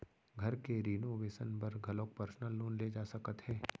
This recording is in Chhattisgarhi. घर के रिनोवेसन बर घलोक परसनल लोन ले जा सकत हे